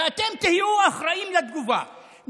ואתם תהיו אחראים לתגובה.